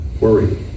worry